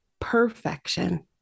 perfection